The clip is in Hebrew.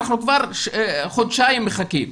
אנחנו כבר חודשיים מחכים.